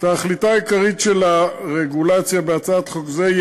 תכליתה העיקרית של הרגולציה בהצעת חוק זו היא